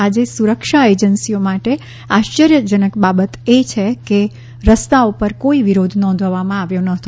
આજે સુરક્ષા એજન્સીઓ માટે આશ્ચર્યજનક બાબત છે કે રસ્તાઓ પર કોઈ વિરોધ નોંધવામાં આવ્યો ન હતો